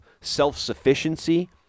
self-sufficiency